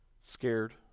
Scared